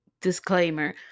disclaimer